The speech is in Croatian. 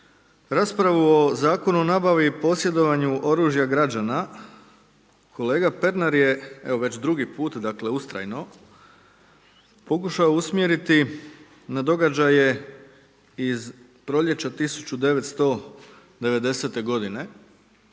Raspravo o Zakonu o nabavi, posjedovanju oružja građana, kolega Pernar je evo već 2 put, ustrajno pokušati usmjeriti na događaje iz proljeća 1990. g.